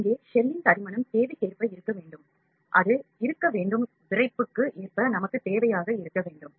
இங்கே ஷெல்லின் தடிமன் தேவைக்கேற்ப இருக்க வேண்டும் அது இருக்க வேண்டும் விறைப்புக்கு ஏற்ப நமக்குத் தேவையாக இருக்க வேண்டும்